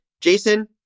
Jason